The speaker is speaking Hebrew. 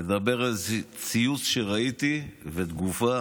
לדבר על ציוץ שראיתי ותגובה